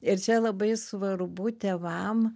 ir čia labai svarbu tėvam